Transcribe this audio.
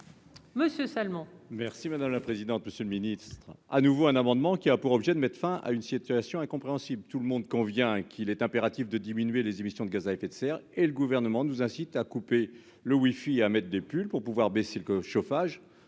Monsieur Salmon. Merci madame la présidente, monsieur le Ministre, à nouveau, un amendement qui a pour objet de mettre fin à une situation incompréhensible, tout le monde convient qu'il est impératif de diminuer les émissions de gaz à effet de serre et le gouvernement nous incite à couper le WiFi à des pulls pour pouvoir baisser le que